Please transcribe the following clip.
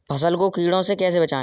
फसल को कीड़ों से कैसे बचाएँ?